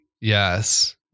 Yes